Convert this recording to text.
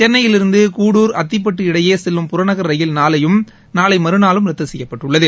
சென்னையிலிருந்து கூடூர் அத்திப்பட்டு இடையே செல்லும் புறநகர் ரயில்கள் நாளையும் நாளை மறுநாளும் ரத்து செய்யப்பட்டுள்ளது